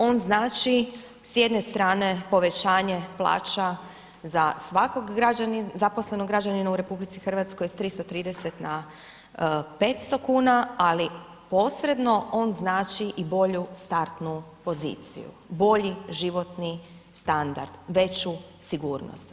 On znači s jedne strane povećanje plaća za svakog zaposlenog građanina u RH s 330 na 500 kuna, ali posredno on znači i bolju startnu poziciju, bolji životni standard, veću sigurnost.